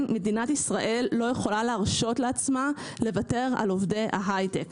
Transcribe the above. מדינת ישראל לא יכולה להרשות לעצמה לוותר על עובדי ההיי-טק.